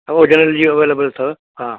उहो जनरल जी अवेलेबल अथव हा